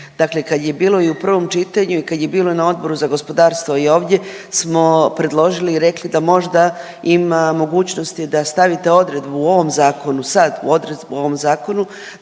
Dakle, kad je bilo i u prvom čitanju i kad je bilo na Odboru za gospodarstvo i ovdje smo predložili i rekli da možda ima mogućnosti da stavite odredbu u ovom zakonu sad, odredbu u ovom zakonu